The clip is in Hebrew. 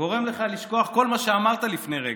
גורמים לך לשכוח כל מה שאמרת לפני רגע.